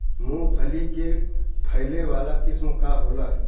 मूँगफली के फैले वाला किस्म का होला?